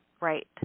right